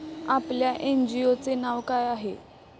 आपल्या एन.जी.ओ चे नाव काय आहे?